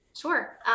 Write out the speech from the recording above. Sure